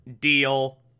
deal